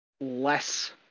less